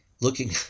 looking